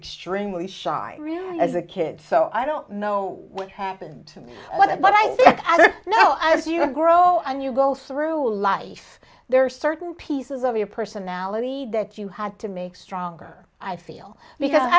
extremely shy as a kid so i don't know what happened to me like that but i think you know as you grow and you go through life there are certain pieces of your personality that you had to make stronger i feel because